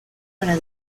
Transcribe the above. para